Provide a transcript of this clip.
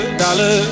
dollar